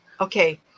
Okay